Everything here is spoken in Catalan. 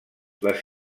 les